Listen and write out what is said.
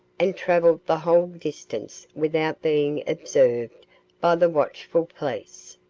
and travelled the whole distance without being observed by the watchful police.